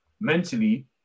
Mentally